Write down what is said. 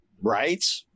right